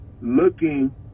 looking